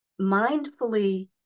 mindfully